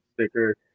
sticker